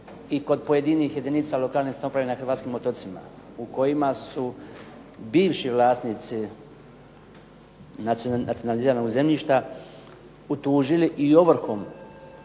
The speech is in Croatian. i kod pojedinih jedinica lokalne samouprave ne hrvatskim otocima. U kojima su bivši vlasnici nacionaliziranog zemljišta utužili i ovrhom